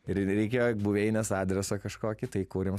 ir reikėjo buveinės adreso kažkokį tai įkūrėm